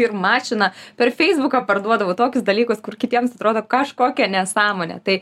ir mašiną per feisbuką parduodavau tokius dalykus kur kitiems atrodo kažkokia nesąmonė tai